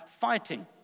fighting